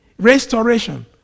Restoration